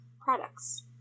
products